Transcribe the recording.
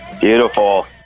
Beautiful